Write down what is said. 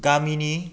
गामिनि